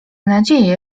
nadzieję